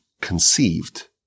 conceived